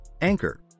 Anchor